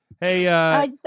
Hey